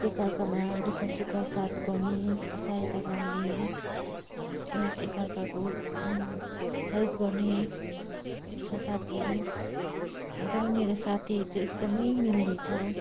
एकअर्कामा दु ख सुख साथ गर्ने सा सहायता गर्ने एउ एकअर्काको हेल्प गर्ने छ साथीहरू एकदमै मेरो साथी चाहिँ एकदमै मिल्ने छ